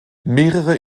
mehrere